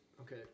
okay